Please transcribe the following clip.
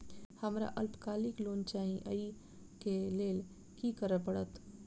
हमरा अल्पकालिक लोन चाहि अई केँ लेल की करऽ पड़त?